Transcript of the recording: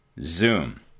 Zoom